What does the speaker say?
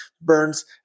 burns